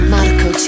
Marco